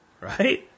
right